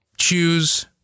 Choose